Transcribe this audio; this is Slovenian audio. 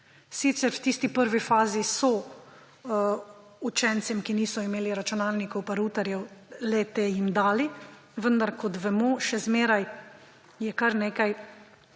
Sicer v tisti prvi fazi so učencem, ki niso imeli računalnikov in routarjev, le-te jim dali, vendar kot vemo, je še vedno kar nekaj